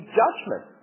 judgment